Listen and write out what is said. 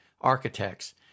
architects